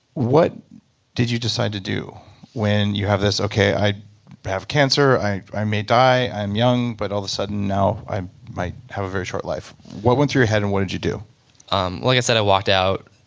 what did you decide to do when you have this, okay, i have cancer, i i may die i'm young but all of the sudden now i might have a very short life. what went through your head and what did you do? well um like i said, i walked out,